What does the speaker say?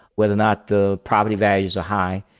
whether or not the property values are high.